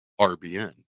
RBN